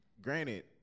granted